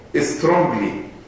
strongly